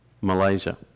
Malaysia